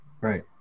Right